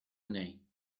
name